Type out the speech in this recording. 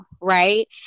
Right